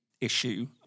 issue